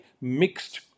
mixed